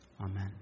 Amen